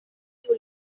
tiu